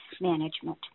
management